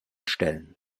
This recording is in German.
stellen